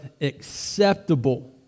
acceptable